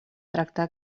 tractar